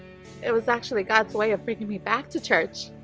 it was actually, god's way of bringing me back to church